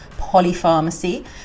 polypharmacy